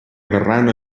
verranno